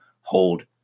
hold